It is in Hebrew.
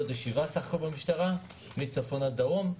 יש בסך הכול שבעה מחוזות במשטרה, מצפון עד דרום.